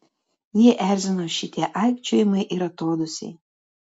jį erzino šitie aikčiojimai ir atodūsiai